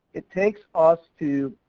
it takes us to,